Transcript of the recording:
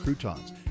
croutons